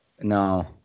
no